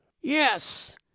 yes